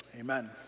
Amen